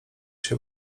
się